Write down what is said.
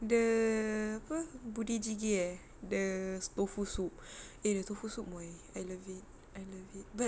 the apa budae jjigae eh the tofu soup eh the tofu soup muai I love it I love it but